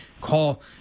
call